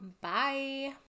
Bye